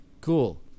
Cool